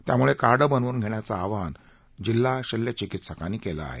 त्यामुळे कार्ड बनवून घेण्याचे आवाहन जिल्हा शल्यचिकित्सकांनी केलं आहे